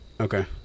Okay